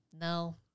No